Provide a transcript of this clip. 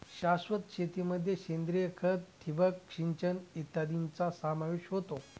शाश्वत शेतीमध्ये सेंद्रिय खत, ठिबक सिंचन इत्यादींचा समावेश होतो